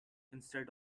instead